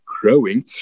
growing